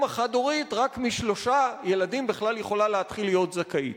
אם חד-הורית רק משלושה ילדים יכולה בכלל להתחיל להיות זכאית.